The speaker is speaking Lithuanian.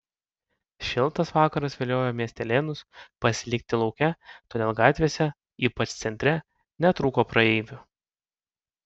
šiltas vakaras viliojo miestelėnus pasilikti lauke todėl gatvėse ypač centre netrūko praeivių